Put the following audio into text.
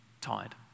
tired